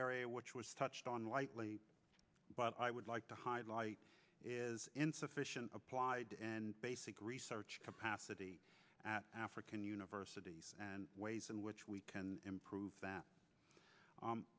area which was touched on lightly but i would like to highlight is insufficient applied and basic research capacity at african universities ways in which we can improve